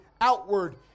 outward